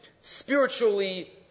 spiritually